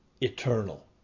eternal